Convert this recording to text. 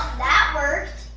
that worked!